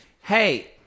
hey